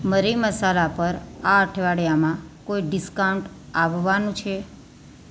મરી મસાલા પર આ અઠવાડિયામાં કોઈ ડિસ્કાઉન્ટ આવવાનું છે